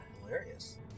hilarious